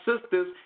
sisters